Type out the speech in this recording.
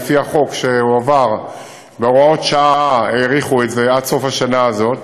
בחוק שהועבר ובהוראות השעה האריכו את זה עד סוף השנה הזאת.